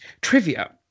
Trivia